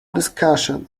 discussion